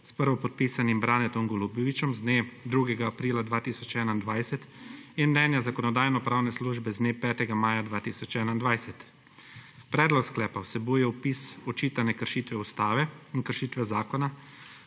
s prvopodpisanim Branetom Golubovićem z dne 2. aprila 2021 in mnenja Zakonodajno-pravne službe z dne 5. maja 2021. Predlog sklepa vsebuje opis očitane kršitve Ustave in kršitve zakona